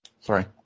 Sorry